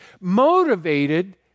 motivated